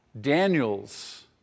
Daniel's